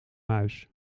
muis